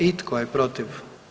I tko je protiv?